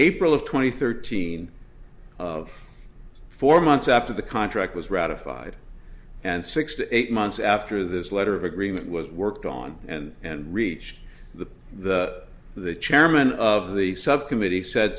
and thirteen of four months after the contract was ratified and six to eight months after this letter of agreement was worked on and and reach the the chairman of the subcommittee said